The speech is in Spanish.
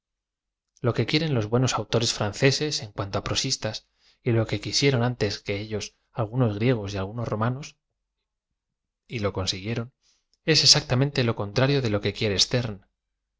o que quieren loa buenos autores france ses en cuanto á prosistas y lo que quisieron antes de ellos algunos griegos y algunos romanos y lo con siguieron es exactamente lo contrario de lo que quiere